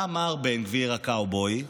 בא מר בן גביר, הקאובוי,